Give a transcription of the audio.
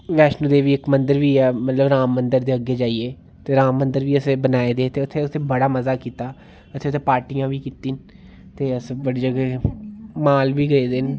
वैष्णो देवी इक मंदर बी ऐ मतलब राम मंदर दे अग्गै जाइयै ते राम मंदर बी असें बनाए दे ते उत्थै असें बड़ा मजा कीता असें उत्थै पार्टियां बी कीती ते अस बड़ी जगह माल बी गेदे न